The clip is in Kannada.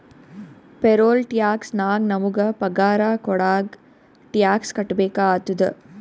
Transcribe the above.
ಪೇರೋಲ್ ಟ್ಯಾಕ್ಸ್ ನಾಗ್ ನಮುಗ ಪಗಾರ ಕೊಡಾಗ್ ಟ್ಯಾಕ್ಸ್ ಕಟ್ಬೇಕ ಆತ್ತುದ